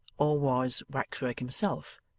or was wax-work himself,